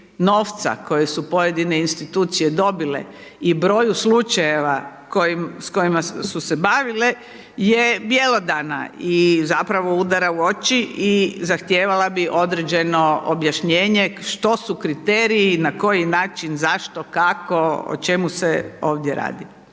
novca koje su pojedine institucije dobile i broju slučajeva s kojima su se bavile je bjelodana i zapravo udara u oči i zahtijevala bi određeno objašnjenje što su kriteriji, na koji način, zašto, kako, o čemu se ovdje radi.